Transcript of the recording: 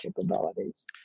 capabilities